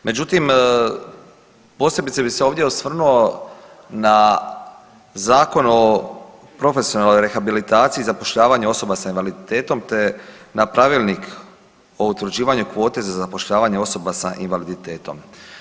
Međutim, posebice bi se ovdje osvrnuo na Zakon o profesionalnoj rehabilitaciji i zapošljavanju osoba s invaliditetom, te na Pravilnik o utvrđivanju kvote za zapošljavanje osoba sa invaliditetom.